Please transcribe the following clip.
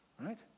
right